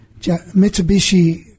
Mitsubishi